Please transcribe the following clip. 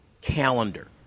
calendar